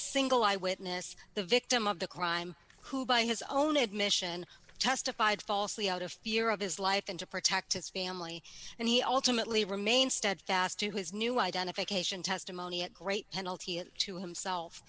single eye witness the victim of the crime who by his own admission testified falsely out of fear of his life and to protect his family and he ultimately remained steadfast to his new identification testimony at great penalty it to himself